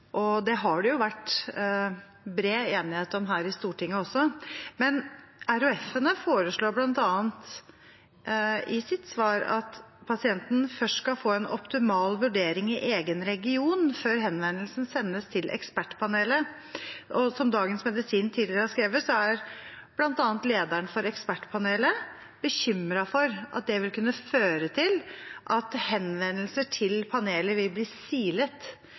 og det har det jo vært bred enighet om her i Stortinget også. Men RHF-ene foreslår bl.a. i sitt svar at pasienten først skal få en optimal vurdering i egen region før henvendelsen sendes til Ekspertpanelet, og som Dagens Medisin tidligere har skrevet, er bl.a. lederen for Ekspertpanelet bekymret for at det vil kunne føre til at henvendelser til panelet vil bli silet.